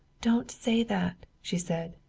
don't say that, she said.